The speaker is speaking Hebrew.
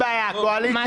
ומה לעשות